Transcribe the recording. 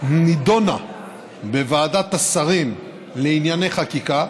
נדונה בוועדת השרים לענייני חקיקה,